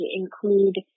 include